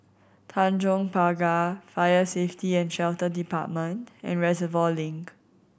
Tanjong Pagar Fire Safety And Shelter Department and Reservoir Link